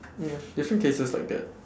ya different cases like that